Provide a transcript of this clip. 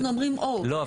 אבל אנחנו אומרים --- לא,